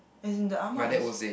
as in the Ahmad is